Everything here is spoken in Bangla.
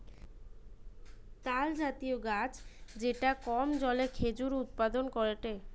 তালজাতীয় গাছ যেটা কম জলে খেজুর উৎপাদন করেটে